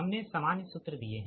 हमने सामान्य सूत्र दिए है